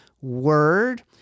word